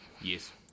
yes